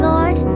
Lord